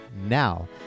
now